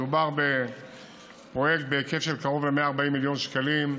מדובר בפרויקט בהיקף של קרוב ל-140 מיליון שקלים,